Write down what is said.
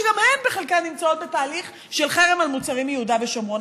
שגם הן בחלקן נמצאות בתהליך של חרם על מוצרים מיהודה ושומרון?